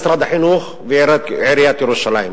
משרד החינוך ועיריית ירושלים,